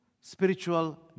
spiritual